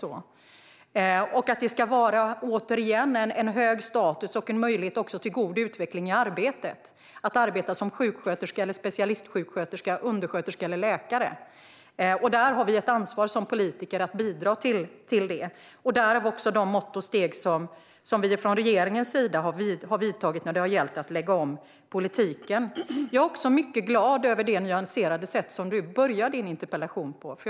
Återigen ska det vara en hög status och en möjlighet till en god utveckling i arbetet för den som arbetar som sjuksköterska, specialistsjuksköterska, undersköterska eller läkare. Vi som politiker har ett ansvar för att bidra till det. Det är också de mått och steg som vi från regeringen har tagit för att lägga om politiken. Jag är också mycket glad över det nyanserade sätt som du inledde din interpellation med.